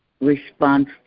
response